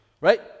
right